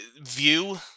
view